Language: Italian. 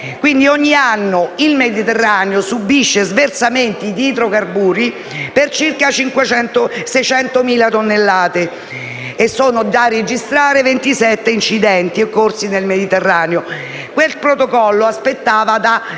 quindi il Mediterraneo subisce sversamenti di idrocarburi per circa 600.000 tonnellate e sono da registrare 27 incidenti occorsi nel Mediterraneo. Quel Protocollo aspettava di